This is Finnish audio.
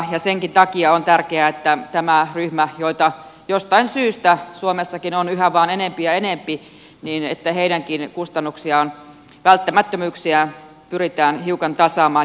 senkin takia on tärkeää että tämänkin ryhmän joihin kuuluvia jostain syystä suomessakin on yhä vain enempi ja enempi kustannuksia välttämättömyyksiä pyritään hiukan tasaamaan